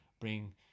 bring